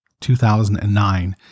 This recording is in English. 2009